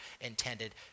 intended